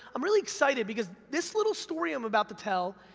i'm really excited because this little story i'm about to tell,